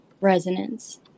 resonance